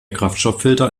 kraftstofffilter